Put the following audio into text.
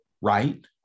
right